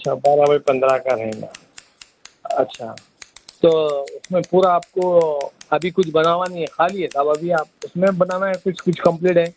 اچھا بارہ بائی پندرہ کا ہے نا اچھا تو اُس میں پورا آپ کو ابھی کچھ بنا ہُوا نہیں ہے خالی ہے صاحب ابھی آپ اُس میں بنانا ہے کچھ کچھ کمپلیٹ ہے